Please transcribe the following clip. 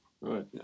Right